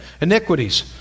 Iniquities